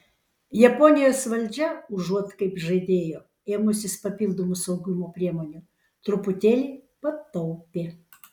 japonijos valdžia užuot kaip žadėjo ėmusis papildomų saugumo priemonių truputėlį pataupė